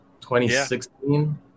2016